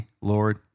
Lord